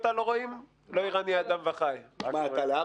אתה לא רוצה את זה.